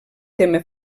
tema